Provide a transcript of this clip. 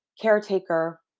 caretaker